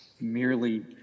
merely